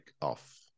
off